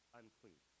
unclean